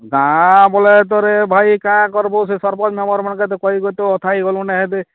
ଗାଁ ବୋଲେ ତୋରେ ଭାଇ କା କରବୁ ସେ ସରପଞ୍ଚ ମାନଙ୍କେ ତ କହି କହି ତ ଅଥା ହେଇଗଲୁଣୁ ନେ ହେତେ